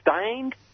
stained